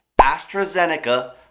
AstraZeneca